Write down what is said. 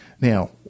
now